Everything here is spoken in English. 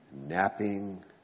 napping